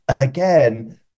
again